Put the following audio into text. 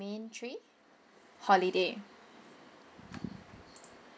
domain three holiday